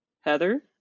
Heather